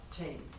change